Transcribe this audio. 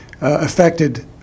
affected